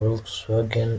volkswagen